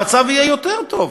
המצב יהיה יותר טוב?